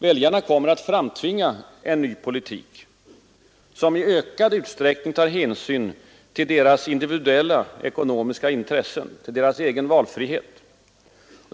Väljarna kommer att framtvinga en ny politik, som i ökad utsträckning tar hänsyn till deras individuella ekonomiska intressen, till deras egen valfrihet.